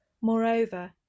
Moreover